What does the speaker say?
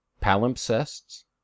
palimpsests